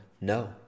No